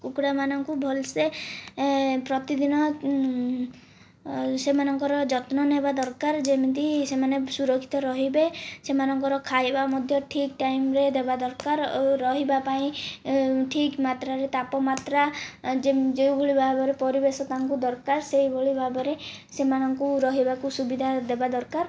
କୁକୁଡ଼ାମାନଙ୍କୁ ଭଲସେ ଏ ପ୍ରତିଦିନ ସେମାନଙ୍କର ଯତ୍ନ ନେବା ଦରକାର ଯେମିତି ସେମାନେ ସୁରକ୍ଷିତ ରହିବେ ସେମାନଙ୍କର ଖାଇବା ମଧ୍ୟ ଠିକ୍ ଟାଇମ୍ରେ ଦେବା ଦରକାର ଆଉ ରହିବା ପାଇଁ ଠିକ୍ ମାତ୍ରାରେ ତାପମାତ୍ରା ଯେଉଁଭଳି ଭାବରେ ପରିବେଶ ତାଙ୍କୁ ଦରକାର ସେହିଭଳି ଭାବରେ ସେମାନଙ୍କୁ ରହିବାକୁ ସୁବିଧା ଦେବା ଦରକାର